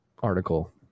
article